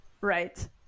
Right